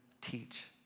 teach